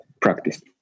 practice